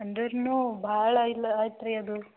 ಅಂದ್ರೂನು ಭಾಳ ಇಲ್ಲ ಆಯ್ತ್ರಿ ಅದು